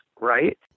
right